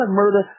murder